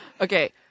Okay